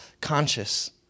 conscious